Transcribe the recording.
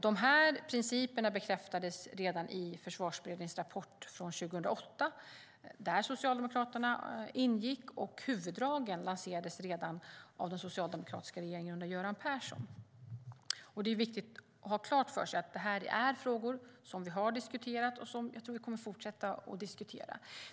De här principerna bekräftades redan 2008 i rapporten från Försvarsberedningen, där Socialdemokraterna ingick. Huvuddragen lanserades av den socialdemokratiska regeringen under Göran Persson. Det är viktigt att ha klart för sig att det här är frågor som vi har diskuterat och som vi kommer att fortsätta att diskutera.